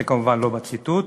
זה כמובן לא בציטוט,